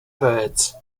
birds